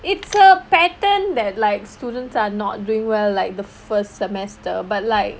it's a pattern that like students are not doing well like the first semester but like